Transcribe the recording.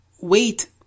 wait